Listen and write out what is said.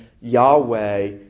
Yahweh